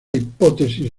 hipótesis